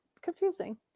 confusing